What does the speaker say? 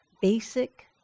basic